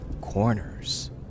corners